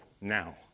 now